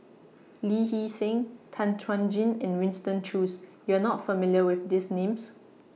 Lee Hee Seng Tan Chuan Jin and Winston Choos YOU Are not familiar with These Names